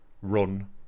run